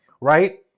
Right